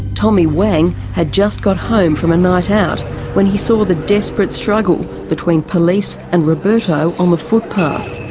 tommy wang had just got home from a night out when he saw the desperate struggle between police and roberto on the footpath.